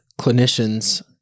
clinicians